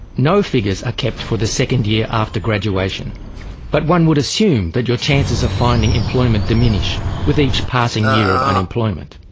no figures are kept for the second year after graduation but one would assume that your chances of finding employment diminish with each passing year of unemployment.